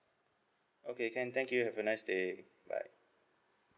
okay can thank you have a nice day bye